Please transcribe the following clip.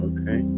Okay